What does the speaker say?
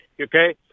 okay